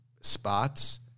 spots